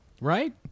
right